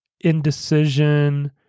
indecision